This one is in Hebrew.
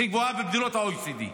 הכי גבוהה במדינות ה-OECD,